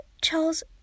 Charles